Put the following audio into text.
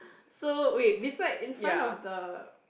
so wait beside in front of the